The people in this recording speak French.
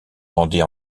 rendait